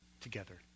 together